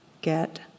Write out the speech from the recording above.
get